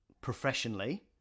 professionally